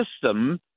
system